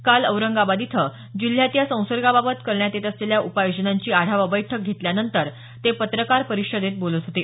काल औरंगाबाद इथं जिल्ह्यात या संसर्गाबाबत करण्यात येत असलेल्या उपाय योजनांची आढावा बैठक घेतल्यानंतर ते पत्रकार परिषदेत ते बोलत होते